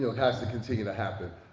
so has to continue to happen.